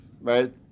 right